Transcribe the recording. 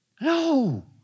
No